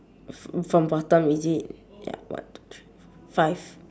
f~ from bottom is it ya one two three four five